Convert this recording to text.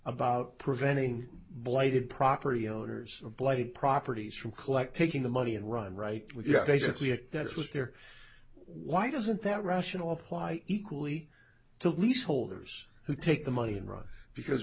about preventing blighted property owners of blighted properties from collect taking the money and run right basically if that's what they're why doesn't that rational apply equally to lease holders who take the money and run because